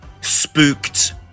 spooked